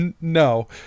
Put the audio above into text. No